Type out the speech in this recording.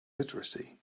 literacy